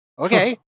okay